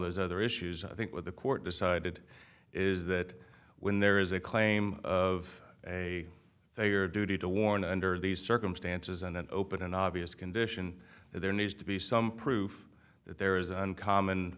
those other issues i think the court decided is that when there is a claim of a they are duty to warn under these circumstances and an open and obvious condition there needs to be some proof that there is uncommon